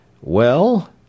Well